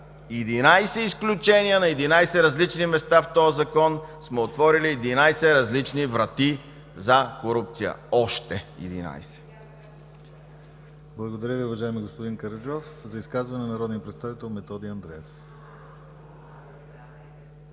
11 изключения, на 11 различни места в този Закон сме отворили 11 различни врати за корупция. Още 11!